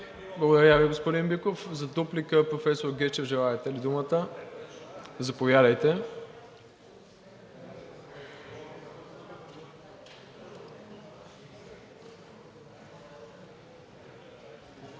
Благодаря Ви, господин Биков. За дуплика, професор Гечев, желаете ли думата? Заповядайте.